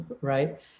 right